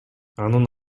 анын